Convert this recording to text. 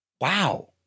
wow